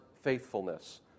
faithfulness